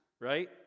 right